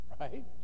right